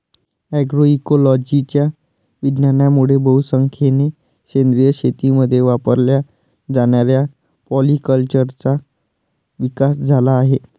अग्रोइकोलॉजीच्या विज्ञानामुळे बहुसंख्येने सेंद्रिय शेतीमध्ये वापरल्या जाणाऱ्या पॉलीकल्चरचा विकास झाला आहे